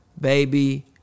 Baby